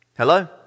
hello